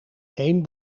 één